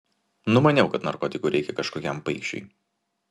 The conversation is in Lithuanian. numaniau kad narkotikų reikia kažkokiam paikšiui